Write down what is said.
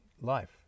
life